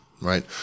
right